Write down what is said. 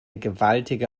gewaltige